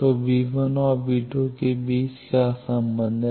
तो और के बीच क्या संबंध है